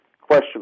Question